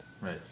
right